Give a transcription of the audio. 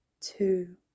two